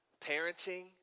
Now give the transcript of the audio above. parenting